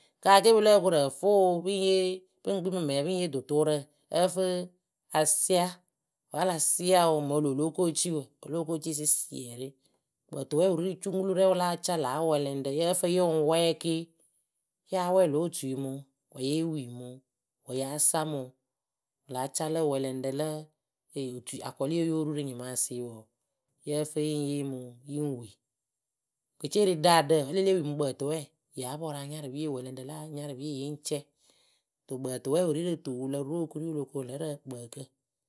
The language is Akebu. kaa ke pɨ lóo koru ǝfɨ wɨ pɨ ŋ yee pɨ ŋ kpii mɨ mɛŋwǝ pɨ ŋ yee dʊtʊʊrǝ asia wǝ́ a la sia wɨ mo loo lóo ko ciwǝ o lóo ko ciwǝ sɩsiɛrɩ kpǝǝtʊwɛɛwǝ wɨ ri rɨ cuŋkuluwǝ rɛ wɨ láa ca lǎ wɛlɛŋrǝ yǝ́ǝ fɨ yɨ ŋ wɛɛ ke yáa wɛɛ ló̌ otui mɨ wǝ wǝ́ yée wii mɨ wɨ. Wǝ́ yáa sa mɨ wɨ wɨ láa ca lǝ wɛlɛŋrǝ lǝ akɔlɩyǝ we yóo ru rɨ nyɩmaasɩwǝǝ yǝ́ǝ fɨ yɨ ŋ yee mɨ wɨ yɨ ŋ wii wɨ ke cee wɨ ri ɖaadǝ wǝ́ e le lée wii mɨ kpǝǝtʊwɛɛwǝ yáa pɔrʊ anyarɨpiyǝ wɛlɛŋrǝ la anyarɨpi yɩŋ cɛ to kpǝǝtʊwɛɛwǝ wɨ ri rɨ tuwǝ wɨ lo ru okurii rɨ ǝkpǝǝkǝ.